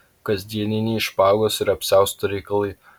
kasdieniniai špagos ir apsiausto reikalai